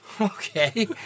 Okay